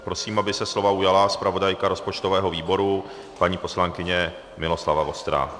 Prosím, aby se slova ujala zpravodajka rozpočtového výboru paní poslankyně Miroslava Vostrá.